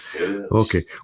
Okay